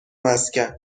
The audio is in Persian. مسکن